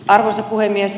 arvoisa puhemies